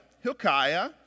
Hilkiah